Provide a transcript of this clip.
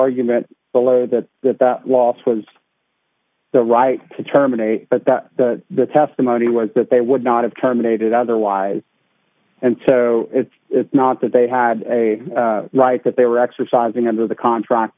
argument that the loss was the right to terminate but that the testimony was that they would not have terminated otherwise and so it's not that they had a right that they were exercising under the contract